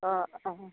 অঁ অঁ